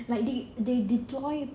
like they they join